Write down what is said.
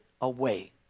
away